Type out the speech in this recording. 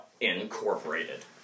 Incorporated